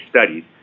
studies